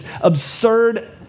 absurd